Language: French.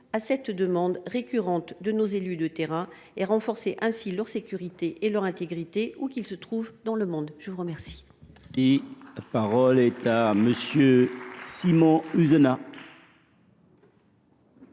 à cette demande récurrente de nos élus de terrain, et renforcer ainsi leur sécurité et leur intégrité où qu’ils se trouvent dans le monde. La parole